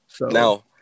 Now